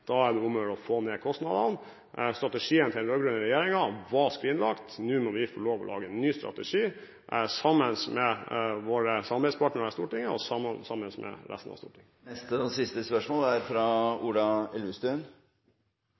Da er det om å gjøre å få ned kostnadene. Strategien til den rød-grønne regjeringen var skrinlagt. Nå må vi få lov til å lage en ny strategi sammen med våre samarbeidspartnere i Stortinget og sammen med resten av Stortinget. Ola Elvestuen – til oppfølgingsspørsmål. Venstre er